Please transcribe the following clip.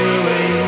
away